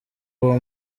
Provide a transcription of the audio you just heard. uwo